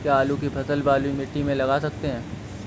क्या आलू की फसल बलुई मिट्टी में लगा सकते हैं?